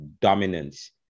Dominance